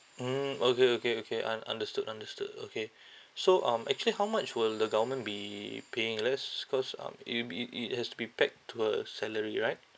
mm okay okay okay un~ understood understood okay so um actually how much will the government be paying let's cause um it'll be it has to be packed to her salary right